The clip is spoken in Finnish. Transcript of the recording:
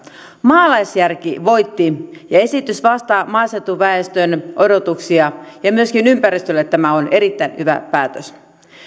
maalaisjärki voitti ja esitys vastaa maaseutuväestön odotuksia ja myöskin ympäristölle tämä on erittäin hyvä päätös